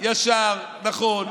ישר, נכון.